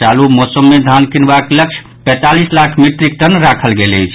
चालू मौसम मे धान कीनबाक लक्ष्य पैंतालीस लाख मीट्रिक टन राखल गेल अछि